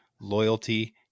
loyalty